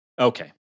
Okay